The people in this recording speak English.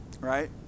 right